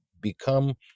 become